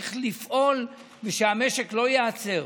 להמשיך לפעול ושהמשק לא ייעצר.